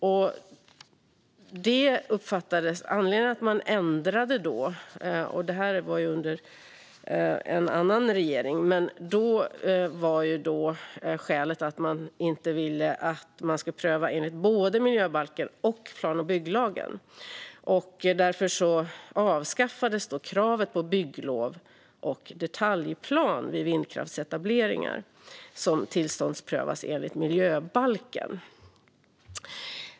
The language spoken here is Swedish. Anledningen till att man ändrade - detta var under en annan regering - var att man inte ville att prövning skulle ske enligt både miljöbalken och plan och bygglagen. Därför avskaffades kravet på bygglov och detaljplan vid vindkraftsetableringar, som tillståndsprövas enligt miljöbalken.